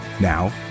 Now